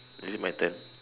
is it my turn